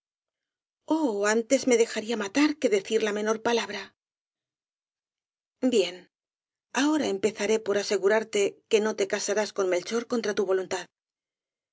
antes me dejaría matar que decir la menor palabra bien ahora empezaré por asegurarte que no te casarás con melchor contra tu voluntad